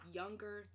younger